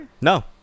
No